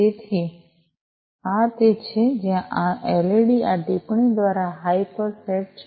તેથી આ તે છે જ્યાં આ એલઇડી આ ટિપ્પણી દ્વારા હાઈ પર સેટ છે